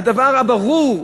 הדבר הברור,